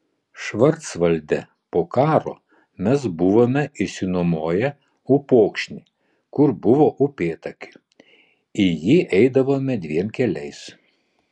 švarcvalde po karo mes buvome išsinuomoję upokšnį kur buvo upėtakių į jį eidavome dviem keliais